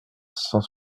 cent